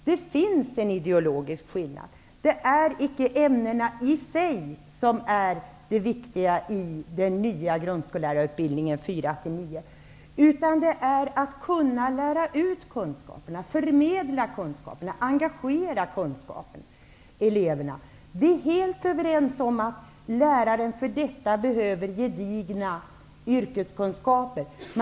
Det finns en ideologisk skillnad. Det är icke ämnena i sig som är det viktiga i den grundskoleutbildningen för årskurserna 4--9. Det är förmågan att kunna lära ut kunskaperna, förmedla kunskaperna och engagera eleverna. Vi är helt överens om att lärarna för detta behöver gedigna yrkeskunskaper.